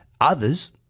Others